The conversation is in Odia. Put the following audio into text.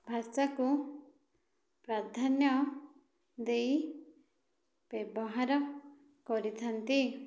ଭାଷାକୁ ପ୍ରାଧାନ୍ୟ ଦେଇ ବ୍ୟବହାର କରିଥାନ୍ତି